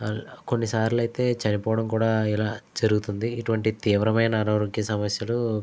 కొన్నిసార్లైతే చనిపోవడం కూడా ఇలా జరుగుతుంది ఇటువంటి తీవ్రమైన అనారోగ్య సమస్యలు